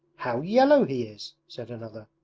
how yellow he is said another.